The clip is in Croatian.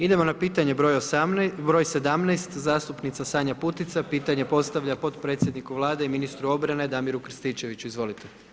Idemo na pitanje broj 17. zastupnica Sanja Putica, pitanje postavlja potpredsjedniku Vlade, ministru obrane, Damiru Krstičeviću, izvolite.